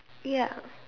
ya